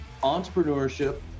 entrepreneurship